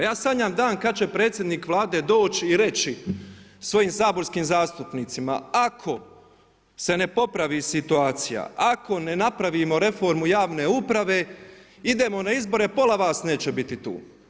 Ja sanjam dan kad će predsjednik Vlade doći i reći svojim saborskim zastupnicima ako se ne popravi situacija, ako ne napravimo reformu javne uprave idemo na izbore, pola vas neće biti tu.